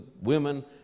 women